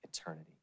eternity